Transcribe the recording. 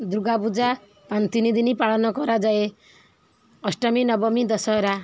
ଦୁର୍ଗା ପୂଜା ପାଞ୍ଚ ତିନି ଦିନ ପାଳନ କରାଯାଏ ଅଷ୍ଟମୀ ନବମୀ ଦଶହରା